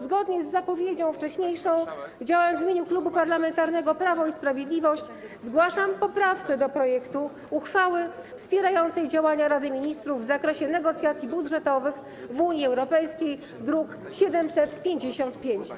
Zgodnie z zapowiedzą wcześniejszą, działając w imieniu Klubu Parlamentarnego Prawo i Sprawiedliwość, zgłaszam poprawkę do projektu uchwały wspierającej działania Rady Ministrów w zakresie negocjacji budżetowych w Unii Europejskiej, druk nr 755.